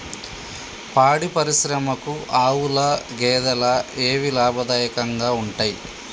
పాడి పరిశ్రమకు ఆవుల, గేదెల ఏవి లాభదాయకంగా ఉంటయ్?